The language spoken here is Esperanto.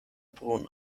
bruna